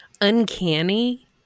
uncanny